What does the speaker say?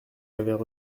avaient